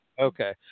Okay